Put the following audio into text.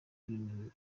ibintu